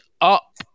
up